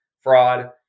fraud